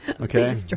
Okay